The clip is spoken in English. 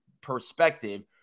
perspective